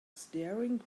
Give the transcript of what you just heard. staring